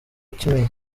kimenyi